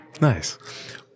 Nice